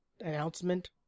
announcement